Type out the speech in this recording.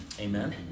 Amen